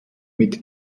mit